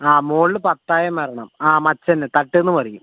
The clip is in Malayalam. ആ മുകളിൽ പത്തായം വരണം ആ മച്ചുതന്നെ തട്ടെന്നു പറയും